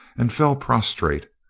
and fell prostrate.